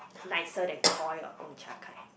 nicer than Koi or Gongcha kind